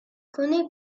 connais